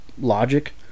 Logic